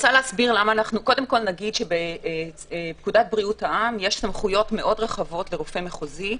בפקודת בריאות העם יש סמכויות מאוד רחבות לרופא מחוזי,